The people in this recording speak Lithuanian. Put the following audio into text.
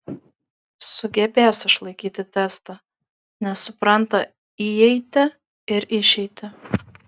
sugebės išlaikyti testą nes supranta įeitį ir išeitį